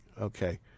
Okay